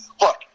Look